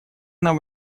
нам